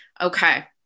Okay